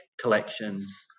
collections